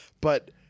But-